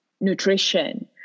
nutrition